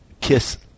Kiss